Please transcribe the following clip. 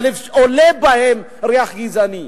אבל עולה מהם ריח גזעני,